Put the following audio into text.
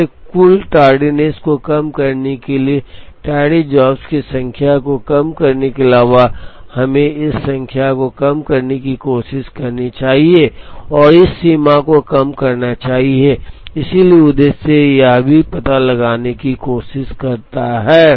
इसलिए कुल टार्डीनेस को कम करने और टैडी जॉब्स की संख्या को कम करने के अलावा हमें इस संख्या को कम करने की कोशिश करनी चाहिए और इस सीमा को कम करना चाहिए इसलिए उद्देश्य यह भी पता लगाने की कोशिश करता है